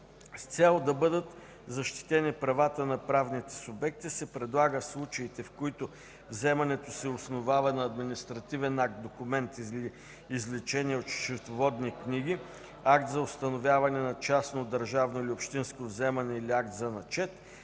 С цел да бъдат защитени правата на правните субекти се предлага в случите, в които вземането се основава на административен акт, документ или извлечение от счетоводни книги, акт за установяване на частно държавно или общинско вземане или акт за начет,